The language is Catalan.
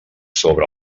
sobre